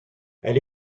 elle